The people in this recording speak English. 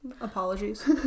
Apologies